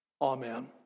Amen